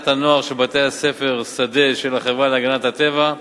הנוער של בתי-ספר שדה של החברה להגנת הטבע,